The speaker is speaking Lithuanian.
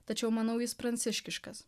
tačiau manau jis pranciškiškas